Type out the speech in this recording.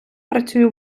працюю